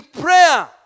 prayer